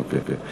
אוקיי.